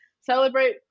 celebrate